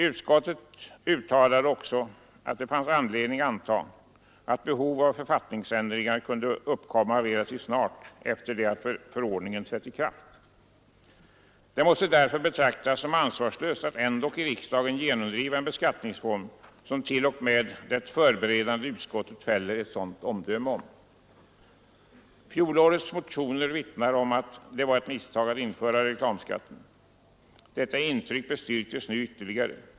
Utskottet uttalade också att det fanns anledning anta att behov av författningsändringar kunde uppkomma relativt snart efter det att förordningen trätt i kraft. Det måste därför betraktas som ansvarslöst att ändock i riksdagen genomdriva en beskattningsform som t.o.m. det förberedande utskottet fäller ett sådant omdöme om. Fjolårets motioner vittnar om att det var ett misstag att införa reklamskatten. Detta intryck bestyrkes nu ytterligare.